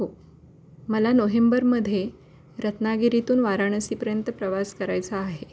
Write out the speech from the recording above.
हो मला नोहेंबरमध्ये रत्नागिरीतून वाराणसीपर्यंत प्रवास करायचा आहे